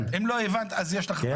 אם לא הבנת, אז יש לך בעיה בהבנה.